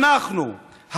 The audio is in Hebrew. אנחנו,